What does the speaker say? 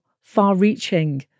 far-reaching